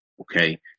Okay